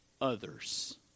others